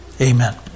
Amen